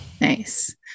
nice